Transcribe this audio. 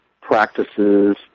practices